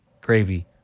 gravy